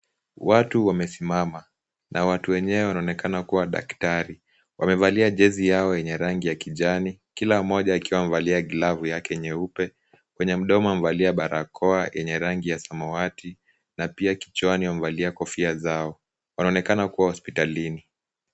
Watu wamesimama na watu wenyewe wanaonekana kuwa daktari . Wamevalia jezi yao yenye rangi ya kijani, kila mmoja akiwa amevalia glavu yake nyeupe, kwenye mdomo wamevalia barakoa yenye rangi ya samawati na pia kichwani wamevalia kofia zao. Wanaonekana kuwa hospitalini.